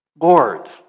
Lord